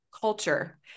culture